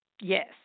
Yes